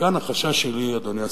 וכאן החשש שלי, אדוני השר,